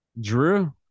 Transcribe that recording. drew